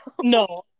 no